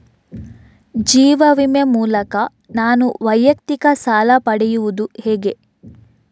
ಜೀವ ವಿಮೆ ಮೂಲಕ ನಾನು ವೈಯಕ್ತಿಕ ಸಾಲ ಪಡೆಯುದು ಹೇಗೆ?